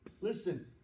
listen